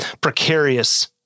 precarious